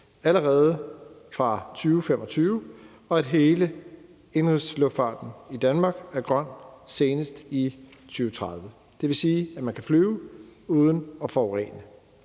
allerede fra 2025, og at hele indenrigsluftfarten i Danmark er grøn senest i 2030. Det vil sige, at man kan flyve uden at forurene.